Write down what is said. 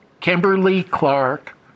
Kimberly-Clark